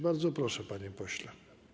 Bardzo proszę, panie pośle.